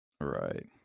Right